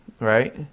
Right